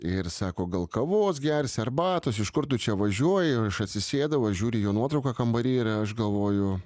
ir sako gal kavos gersi arbatos iš kur tu čia važiuoji aš atsisėdau aš žiūriu į jo nuotrauką kambary ir aš galvoju